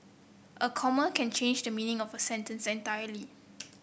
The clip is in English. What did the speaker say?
a comma can change the meaning of a sentence entirely